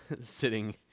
sitting